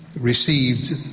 received